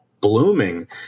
blooming